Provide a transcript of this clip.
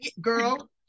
Girl